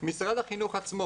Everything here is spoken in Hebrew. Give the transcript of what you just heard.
משרד החינוך עצמו